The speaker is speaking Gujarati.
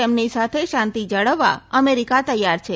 તેમની સાથે શાંતિ જાળવવા અમેરિકા તૈયાર છે